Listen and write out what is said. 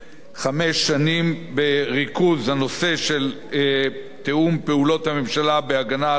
חמש שנים בריכוז הנושא של תיאום פעולות הממשלה בהגנה על העורף.